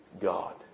God